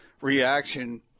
reaction